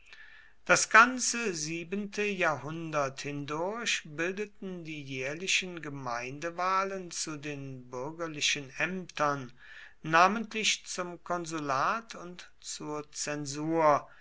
das ganze siebente jahrhundert hindurch bildeten die jährlichen gemeindewahlen zu den bürgerlichen ämtern namentlich zum konsulat und zur zensur